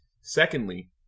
Secondly